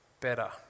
better